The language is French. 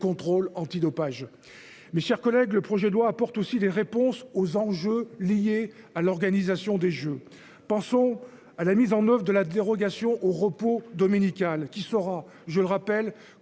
contrôle antidopage. Mes chers collègues. Le projet de loi apporte aussi des réponses aux enjeux liés à l'organisation des Jeux, pensons à la mise en oeuvre de la dérogation au repos dominical qui sera, je le rappelle